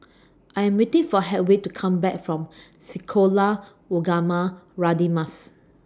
I'm waiting For Hedwig to Come Back from Sekolah Ugama Radin Mas